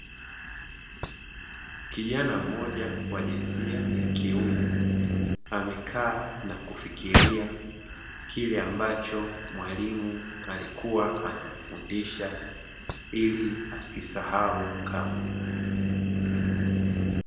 Kijana mmoja wa jinsia ya kiume amekaa na kufikiria kile ambacho mwalimu alikua anamfundisha, ili asikisahau kamwe.